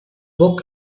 book